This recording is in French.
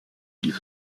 qu’ils